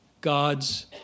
God's